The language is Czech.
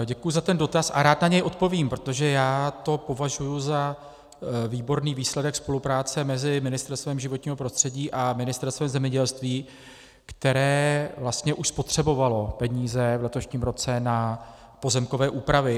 Děkuji za ten dotaz a rád na něj odpovím, protože já to považuji za výborný výsledek spolupráce mezi Ministerstvem životního prostředí a Ministerstvem zemědělství, které vlastně už spotřebovalo peníze v letošním roce na pozemkové úpravy.